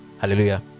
Hallelujah